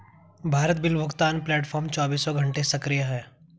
Bharat bill भुगतान platform चौबीसों घंटे सक्रिय है